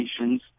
nations